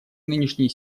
нынешней